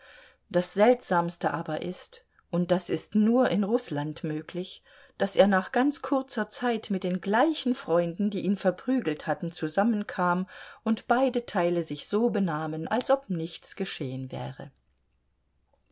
das seltsamste aber ist und das ist nur in rußland möglich daß er nach ganz kurzer zeit mit den gleichen freunden die ihn verprügelt hatten zusammenkam und beide teile sich so benahmen als ob nichts geschehen wäre